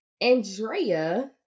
Andrea